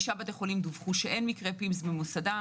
9 בתי חולים דיווחו שאין מקרי PIMS במוסדם.